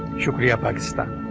shukriya pakistan